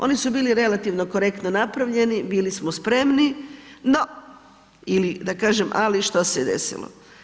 Oni su bili relativno korektno napravljeni, bili smo spremni no, ili da kažem ali što se desilo.